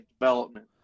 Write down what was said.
development